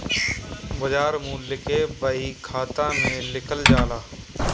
बाजार मूल्य के बही खाता में लिखल जाला